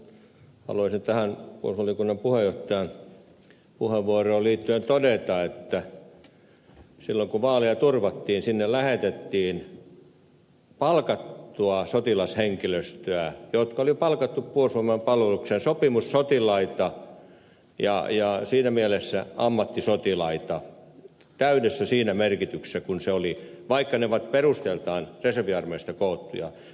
heti alkuun haluaisin tähän puolustusvaliokunnan puheenjohtajan puheenvuoroon liittyen todeta että silloin kun vaaleja turvattiin sinne lähetettiin palkattua sotilashenkilöstöä jotka oli palkattu puolustusvoimain palvelukseen sopimussotilaita ja siinä mielessä ammattisotilaita siinä täydessä merkityksessä kuin se oli vaikka he ovat perusteeltaan reserviarmeijasta koottuja